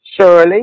Surely